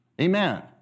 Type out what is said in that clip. Amen